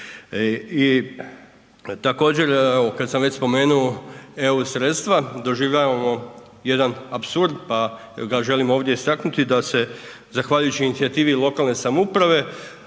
I također evo kad sam već spomenuo EU sredstva, doživljavamo jedan apsurd, pa ga želim ovdje istaknuti da se zahvaljujući inicijativi lokalne samouprave